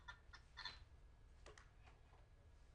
אני מייצג את מגזר המלונאות, שנפגע בצורה הכי קשה.